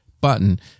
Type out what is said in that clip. button